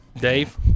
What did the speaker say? Dave